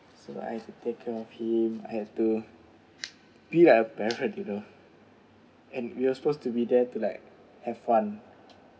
so I've to take care of him I've to be like a parent you know and we're supposed to be there to like have fun